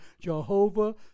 Jehovah